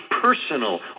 personal